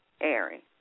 airing